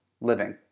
living